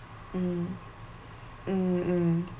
mm mm mm